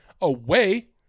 away